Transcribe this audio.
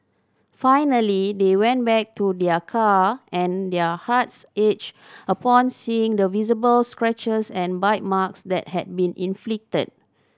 finally they went back to their car and their hearts ached upon seeing the visible scratches and bite marks that had been inflicted